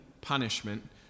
punishment